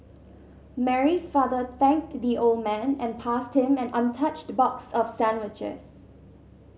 Mary's father thanked the old man and passed him an untouched box of sandwiches